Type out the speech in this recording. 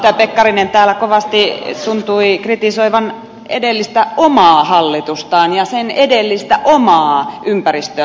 edustaja pekkarinen täällä kovasti tuntui kritisoivan edellistä omaa hallitustaan ja sen edellistä omaa ympäristöministeriä